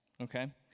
okay